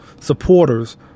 supporters